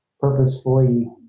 purposefully